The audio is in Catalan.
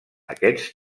aquests